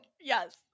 Yes